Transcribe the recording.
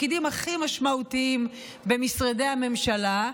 לתפקידים הכי משמעותיים במשרדי הממשלה,